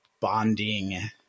bonding